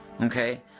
Okay